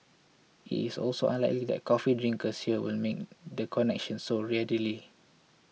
it is also unlikely that coffee drinkers here will the connection so readily